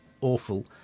awful